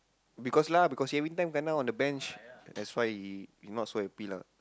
because lah because everytime he kena on the bench that's why he not so happy lah